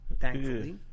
thankfully